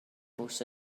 bws